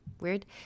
weird